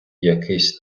якийсь